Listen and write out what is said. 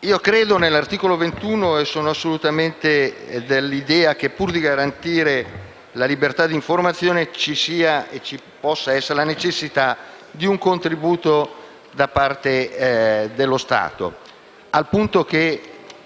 io credo nell'articolo 21 della Costituzione e sono assolutamente dell'idea che, pur di garantire la libertà di informazione, ci sia e ci possa essere la necessità di un contributo da parte dello Stato,